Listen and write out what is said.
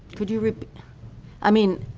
could you repeat i mean,